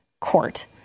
Court